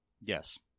Yes